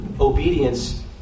obedience